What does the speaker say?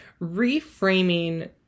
reframing